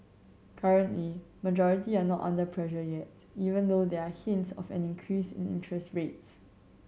currently majority are not under pressure yet even though there are hints of an increase in interest rates